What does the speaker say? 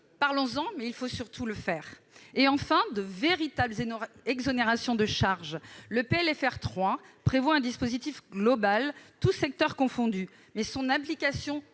à la distillation de crise ; enfin, de véritables exonérations de charges. Le PLFR 3 prévoit un dispositif global, tous secteurs confondus, mais son application